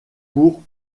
son